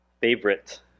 favorite